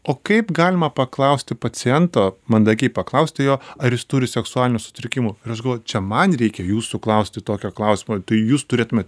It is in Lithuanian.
o kaip galima paklausti paciento mandagiai paklausti jo ar jis turi seksualinių sutrikimų ir aš galvoju čia man reikia jūsų klausti tokio klausimo tai jūs turėtumėt